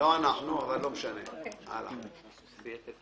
אין סעיף 10